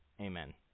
Amen